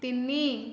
ତିନି